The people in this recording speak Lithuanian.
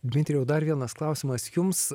dmitrijau dar vienas klausimas jums